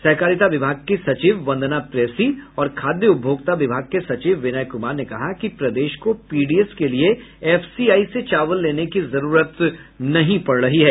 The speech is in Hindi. सहकारिता विभाग की सचिव वंदना प्रेयसी और खाद्य उपभोक्ता विभाग के सचिव विनय कुमार ने कहा कि प्रदेश को पीडीएस के लिए एफसीआई से चावल लेने की जरूरत नहीं पड़ रही है